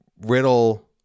Riddle